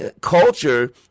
culture